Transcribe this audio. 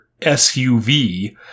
SUV